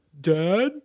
dad